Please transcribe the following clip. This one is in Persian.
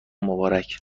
مبارک